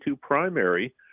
primary